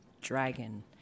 dragon